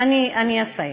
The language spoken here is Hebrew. אני אסיים.